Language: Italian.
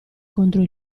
contro